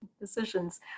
decisions